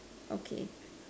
okay